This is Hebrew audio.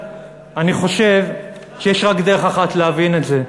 אני חושב שיש רק דרך אחת להבין את זה,